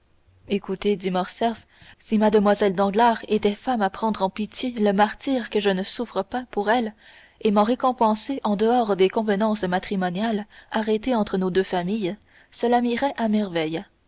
écoutez dit morcerf si mlle danglars était femme à prendre en pitié le martyre que je ne souffre pas pour elle et m'en récompenser en dehors des convenances matrimoniales arrêtées entre nos deux familles cela m'irait à merveille